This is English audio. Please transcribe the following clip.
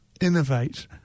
innovate